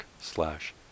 slash